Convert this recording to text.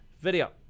video